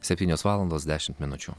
septynios valandos dešimt minučių